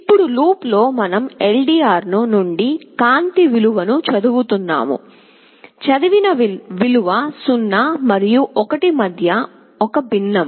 ఇప్పుడు లూప్లో మనం LDR నుండి కాంతి విలువ ను చదువుతున్నాము చదివిన విలువ 0 మరియు 1 మధ్య ఒక భిన్నం